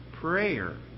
Prayer